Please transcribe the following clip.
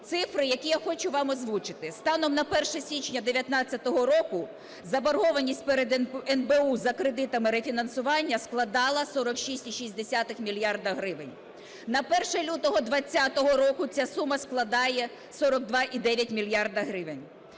Цифри, які я хочу вам озвучити. Станом на 1 січня 19-го року заборгованість перед НБУ за кредитами рефінансування складала 46,6 мільярда гривень. На 1 лютого 20-го року ця сума складає 42,9 мільярда гривень.